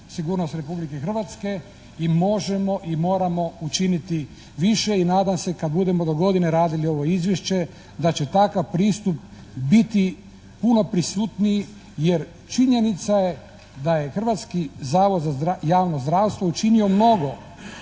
sigurnost Republike Hrvatske i možemo i moramo učiniti više, i nadam se kad budemo dogodine radili ovo Izvješće, da će takav pristup biti puno prisutniji. Jer činjenica je da je Hrvatski zavod za javno zdravstvo učinio mnogo,